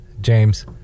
James